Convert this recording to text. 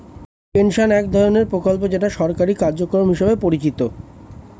pension এক ধরনের প্রকল্প যেটা সরকারি কার্যক্রম হিসেবে পরিচিত